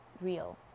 real